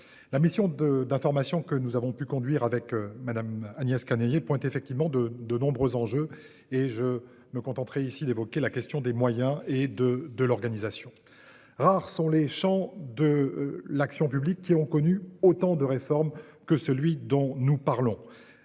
La mission de d'informations que nous avons pu conduire avec Madame Agnès Canayer pointe effectivement de, de nombreux enjeux. Et je me contenterai ici d'évoquer la question des moyens et de de l'organisation. Rares sont les champs de l'action publique qui ont connu autant de réformes que celui dont nous parlons.